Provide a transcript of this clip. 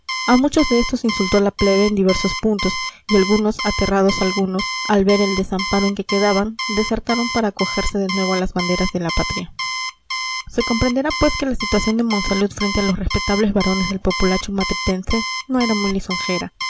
a muchos de estos insultó la plebe en diversos puntos y algunos aterrados algunos al ver el desamparo en que quedaban desertaron para acogerse de nuevo a las banderas de la patria se comprenderá pues que la situación de monsalud frente a los respetables varones del populacho matritense no era muy lisonjera